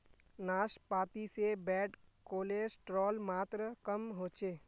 नाश्पाती से bad cholesterol मात्र कम होचे